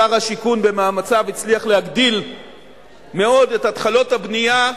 שר השיכון במאמציו הצליח להגדיל מאוד את מספר התחלות הבנייה.